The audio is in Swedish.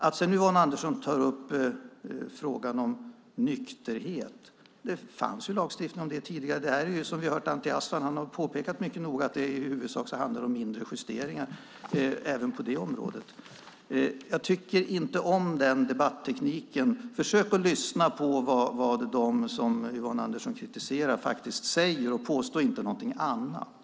Sedan tar Yvonne Andersson upp frågan om nykterhet. Det fanns lagstiftning om detta tidigare. Anti Avsan har mycket noga påpekat att det i huvudsak handlar om mindre justeringar även på detta område. Jag tycker inte om denna debatteknik. Försök lyssna på vad dem som Yvonne Andersson kritiserar faktiskt säger, och påstå inte någonting annat!